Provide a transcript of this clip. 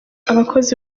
abakozi